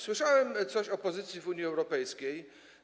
Słyszałem coś o pozycji w Unii Europejskiej.